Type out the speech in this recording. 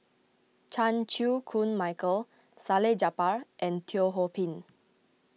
Chan Chew Koon Michael Salleh Japar and Teo Ho Pin